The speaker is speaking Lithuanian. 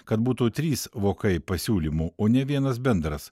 kad būtų trys vokai pasiūlymų o ne vienas bendras